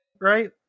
right